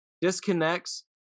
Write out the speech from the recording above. disconnects